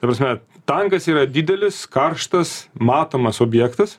ta prasme tankas yra didelis karštas matomas objektas